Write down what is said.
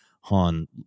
Han